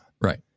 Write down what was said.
Right